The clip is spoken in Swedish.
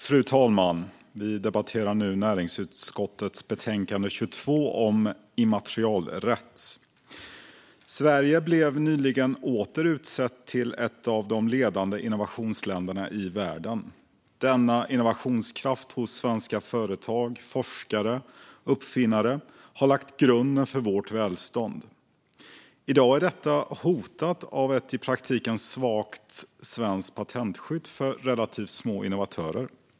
Fru talman! Vi debatterar nu näringsutskottets betänkande NU22 om immaterialrätt. Sverige blev nyligen åter utsett till ett av de ledande innovationsländerna i världen. Denna innovationskraft hos svenska företag, forskare och uppfinnare har lagt grunden för vårt välstånd. I dag är detta hotat av ett i praktiken svagt svenskt patentskydd för relativt små innovatörer.